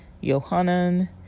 Yohanan